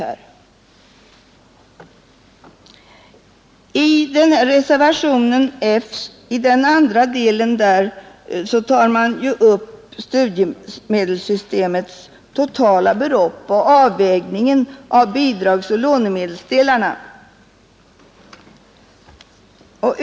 I andra delen av reservationen vid punkten F tar man upp frågan om studiemedlens totala belopp och avvägningen mellan bidragsoch låne medelsdelarna.